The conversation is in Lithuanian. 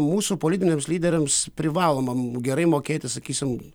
mūsų politiniams lyderiams privaloma gerai mokėti sakysim